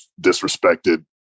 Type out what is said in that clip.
disrespected